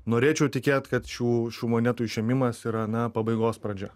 norėčiau tikėt kad šių monetų išėmimas yra na pabaigos pradžia